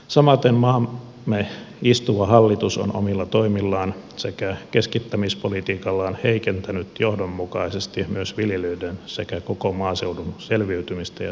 samaten maamme istuva hallitus on omilla toimillaan sekä keskittämispolitiikallaan heikentänyt johdonmukaisesti myös viljelijöiden sekä koko maaseudun selviytymistä ja säilymistä